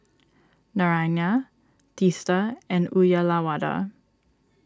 Naraina Teesta and Uyyalawada